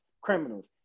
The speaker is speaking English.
criminals